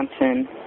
Johnson